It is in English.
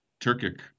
Turkic